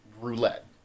roulette